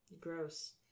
Gross